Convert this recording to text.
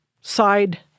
side